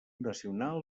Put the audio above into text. nacional